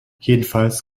jedenfalls